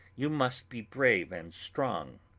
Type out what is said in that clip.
you must be brave and strong,